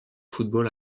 football